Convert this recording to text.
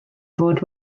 fod